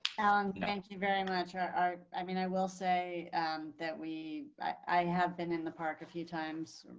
thank you very much. i i i mean, i will say that we, i have been in the park a few times.